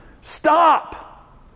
Stop